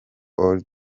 old